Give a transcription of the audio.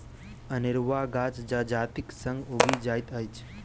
अनेरुआ गाछ जजातिक संग उगि जाइत अछि